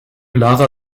lara